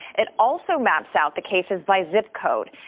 it also maps out the cases by zip code,